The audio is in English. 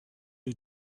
who